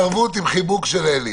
אתה משוחרר בערבות עם חיבוק של אלי.